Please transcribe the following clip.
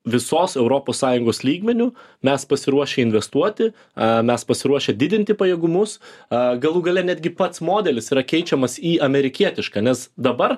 visos europos sąjungos lygmeniu mes pasiruošę investuoti a mes pasiruošę didinti pajėgumus a galų gale netgi pats modelis yra keičiamas į amerikietišką nes dabar